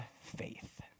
faith